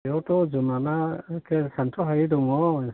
बेयावथ' जुनारा एख्खे सान्थ्र'हायै दङ